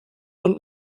und